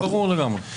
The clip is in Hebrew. זה ברור לגמרי.